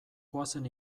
goazen